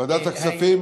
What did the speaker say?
ועדת הכספים,